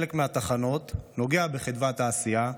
חלק מהתחנות נוגע בחדוות העשייה,